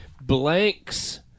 Blanks